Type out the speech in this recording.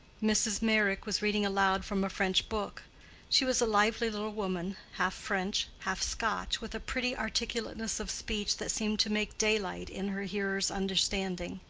mrs. meyrick was reading aloud from a french book she was a lively little woman, half french, half scotch, with a pretty articulateness of speech that seemed to make daylight in her hearer's understanding.